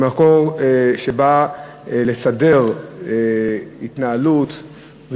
ממקור שבא לסדר התנהלות,